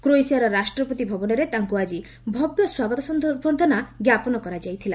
କ୍ରୋଏସିଆର ରାଷ୍ଟ୍ରପତି ଭବନରେ ତାଙ୍କ ଆଜି ଭବ୍ୟ ସ୍କାଗତ ସମ୍ଭର୍ଦ୍ଧନା ଜ୍ଞାପନ କରାଯାଇଥିଲା